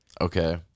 Okay